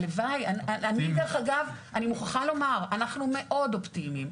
אני מוכרחה לומר, אנחנו מאוד אופטימיים.